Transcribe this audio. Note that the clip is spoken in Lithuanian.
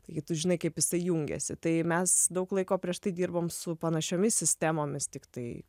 taigi tu žinai kaip jisai jungiasi tai mes daug laiko prieš tai dirbom su panašiomis sistemomis tiktai